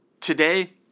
today